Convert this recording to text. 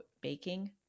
baking